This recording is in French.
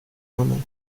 moment